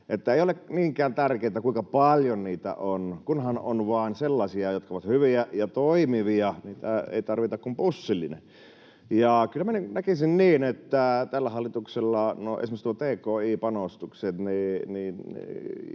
ei ole niinkään tärkeätä, kuinka paljon niitä on, kunhan vain on sellaisia, jotka ovat hyviä ja toimivia. Niitä ei tarvita kuin pussillinen. Kyllä näkisin niin, että tällä hallituksella esimerkiksi tki-panostukset,